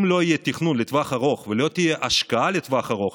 אם לא יהיה תכנון לטווח ארוך ולא תהיה השקעה לטווח ארוך,